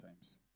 times